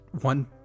one